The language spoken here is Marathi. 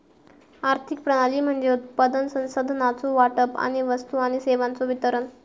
आर्थिक प्रणाली म्हणजे उत्पादन, संसाधनांचो वाटप आणि वस्तू आणि सेवांचो वितरण